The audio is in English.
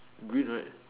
green right